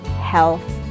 health